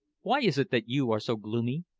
why is it that you are so gloomy?